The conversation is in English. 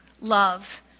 love